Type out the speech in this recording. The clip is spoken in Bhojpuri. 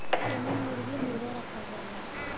एमन मुरगी मुरगा रखल जाला